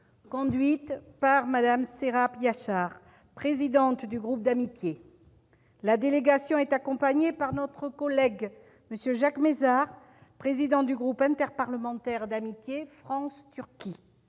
conduite par Mme Serap Yaşar, présidente du groupe d'amitié. La délégation est accompagnée par notre collègue Jacques Mézard, président du groupe interparlementaire d'amitié France-Turquie.